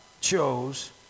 chose